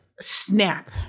snap